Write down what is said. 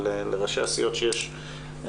אבל לראשי הסיעות שיש,